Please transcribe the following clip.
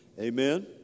Amen